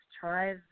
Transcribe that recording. try